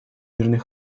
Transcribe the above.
мирный